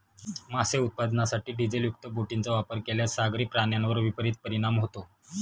मासे उत्पादनासाठी डिझेलयुक्त बोटींचा वापर केल्यास सागरी प्राण्यांवर विपरीत परिणाम होतो